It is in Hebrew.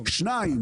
דבר שני,